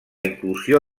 inclusió